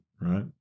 right